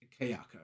Kayako